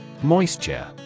Moisture